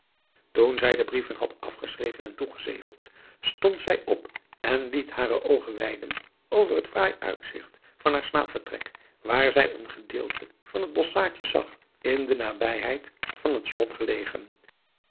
toen zij de brieven had afgeschreven en toegezegeld stond zij op en liet hare oogen weiden over het fraai uitzigt van haar slaapvertrek waar zij een gedeelte van het bosschaadje zag in de nabijheid van het slot gelegen